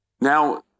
Now